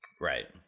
Right